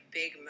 big